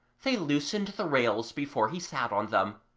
they loosened the rails before he sat on them,